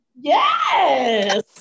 Yes